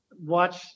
watch